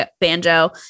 banjo